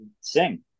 sing